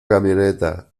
camioneta